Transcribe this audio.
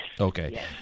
Okay